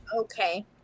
okay